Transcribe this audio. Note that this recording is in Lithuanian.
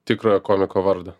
tikrojo komiko vardo